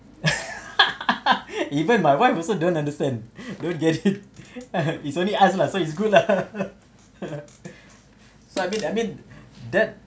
even my wife also don't understand don't get it it's only us lah so it's good lah so I mean I mean that